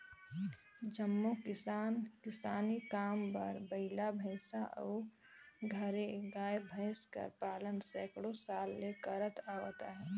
जम्मो किसान किसानी काम बर बइला, भंइसा अउ घरे गाय, भंइस कर पालन सैकड़ों साल ले करत आवत अहें